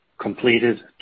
Completed